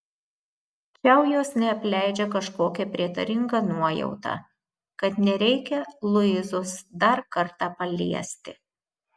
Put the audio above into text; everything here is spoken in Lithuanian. čiau jos neapleidžia kažkokia prietaringa nuojauta kad nereikia luizos dar kartą paliesti